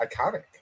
iconic